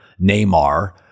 Neymar